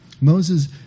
Moses